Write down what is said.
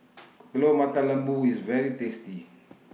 Telur Mata Lembu IS very tasty